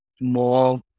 more